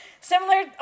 Similar